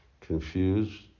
Confused